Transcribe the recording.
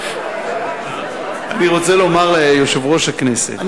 אני רוצה לומר ליושב-ראש הכנסת,